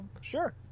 Sure